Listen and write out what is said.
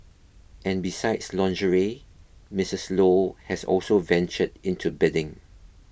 and besides lingerie Misses Low has also ventured into bedding